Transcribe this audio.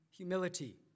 humility